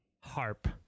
harp